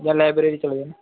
ਜਾਂ ਲਾਇਬਰੇਰੀ ਚਲੇ ਜਾ